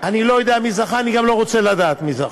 אני לא יודע מי זכה.